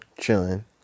chilling